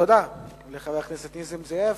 תודה לחבר הכנסת נסים זאב.